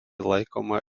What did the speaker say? laikoma